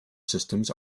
systems